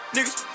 Niggas